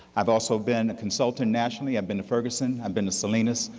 i've also been a consultant nationally, i've been to ferguson, i've been to selenas,